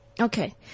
Okay